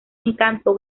encanto